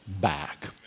back